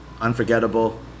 unforgettable